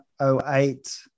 08